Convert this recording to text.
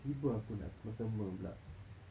tiba-tiba aku nak selesema pula